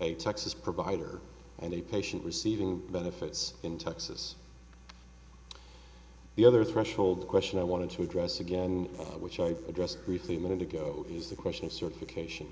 a texas provider and a patient receiving benefits in texas the other threshold question i wanted to address again which i addressed briefly a minute ago is the question of certification